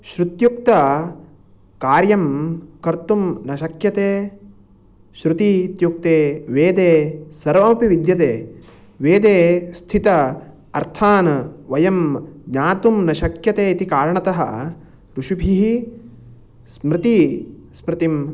श्रुत्युक्तकार्यं कर्तुं न शक्यते श्रुति इत्युक्ते वेदे सर्वमपि विद्यते वेदे स्थित अर्थान् वयं ज्ञातुं न शक्यते इति कारणतः ऋषिभिः स्मृति स्मृतिं